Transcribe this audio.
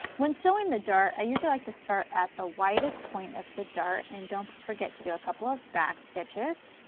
when sewing the dart, i usually like to start at the widest point of the dart, and don't forget to do a couple of back stitches.